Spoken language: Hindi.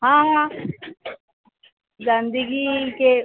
हाँ हाँ गंदगी के